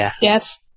Yes